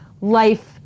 life